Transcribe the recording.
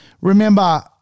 remember